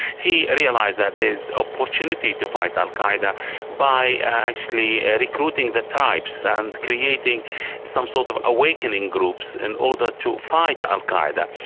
he realised that there is an opportunity to fight al qaeda by actually ah recruiting the tribes and creating some sort of awakening groups in order to fight al qaeda.